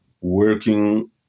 working